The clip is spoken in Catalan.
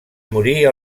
morir